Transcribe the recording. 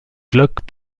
glock